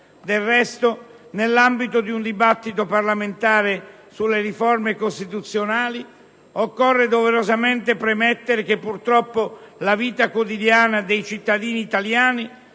Del resto, nell'ambito di un dibattito parlamentare sulle riforme costituzionali, occorre doverosamente premettere che, purtroppo, la vita quotidiana dei cittadini italiani